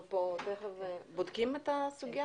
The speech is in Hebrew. אנחנו חותרים לקראת סיכום של הדיון הזה.